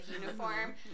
uniform